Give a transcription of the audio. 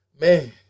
Man